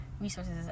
resources